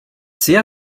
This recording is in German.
sehr